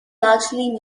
largely